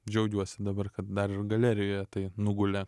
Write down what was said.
džiaugiuosi dabar kad dar ir galerijoje tai nugulė